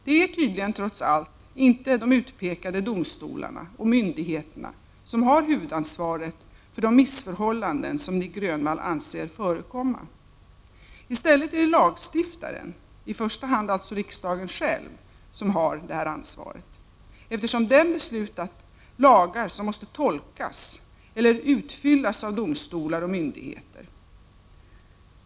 Det är tydligen trots allt inte de utpekade domstolarna och myndigheterna som har huvudansvaret för de missförhållanden som Nic Grönvall anser förekomma. I stället är det lagstiftaren — i första hand alltså riksdagen själv — som har detta ansvar, eftersom den beslutat om lagar som måste tolkas eller utfyllas av domstolar och myndigheter.